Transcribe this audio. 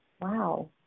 wow